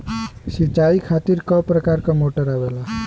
सिचाई खातीर क प्रकार मोटर आवेला?